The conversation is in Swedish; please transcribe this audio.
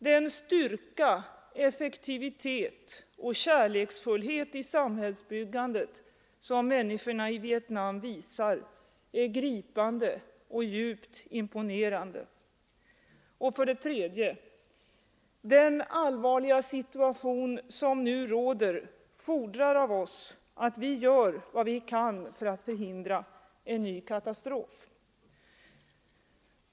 Den styrka, effektivitet och kärleksfullhet i samhällsbyggandet som människorna i Vietnam visar är gripande och djupt imponerande. 3. Den allvarliga situation som nu råder fordrar av oss att vi gör vad vi kan för att förhindra en ny katastrof.